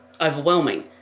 overwhelming